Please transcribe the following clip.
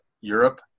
Europe